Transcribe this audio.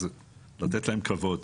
צריך לתת להם כבוד.